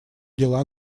дела